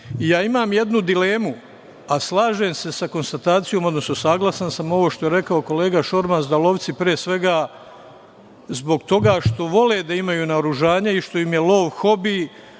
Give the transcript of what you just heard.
imam jednu dilemu, a slažem se sa konstatacijom, odnosno saglasan sam ovo što je rekao kolega Šormaz da lovci, pre svega zbog toga što vole da imaju naoružanje i što im je lov hobi,